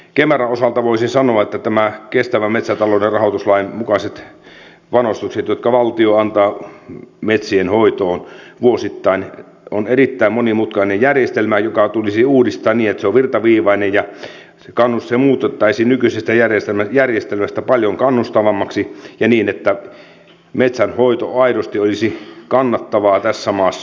kemeran osalta voisin sanoa että nämä kestävän metsätalouden rahoituslain mukaiset panostukset jotka valtio antaa metsien hoitoon vuosittain ovat erittäin monimutkainen järjestelmä joka tulisi uudistaa niin että se olisi virtaviivainen ja se muutettaisiin nykyisestä järjestelmästä paljon kannustavammaksi ja niin että metsänhoito aidosti olisi kannattavaa tässä maassa